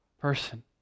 person